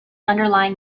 underlying